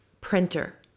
printer